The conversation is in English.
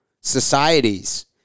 societies